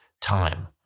time